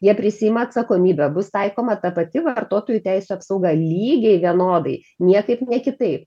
jie prisiima atsakomybę bus taikoma ta pati vartotojų teisių apsauga lygiai vienodai niekaip ne kitaip